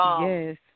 Yes